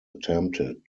attempted